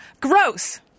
Gross